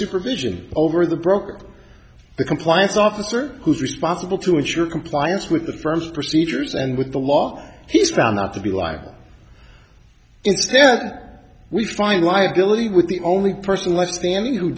supervision over the broke the compliance officer who's responsible to ensure compliance with the firm's procedures and with the law he's found not to be liable it's that we find liability with the only person left standing who